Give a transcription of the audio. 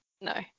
no